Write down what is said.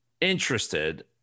interested